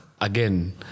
again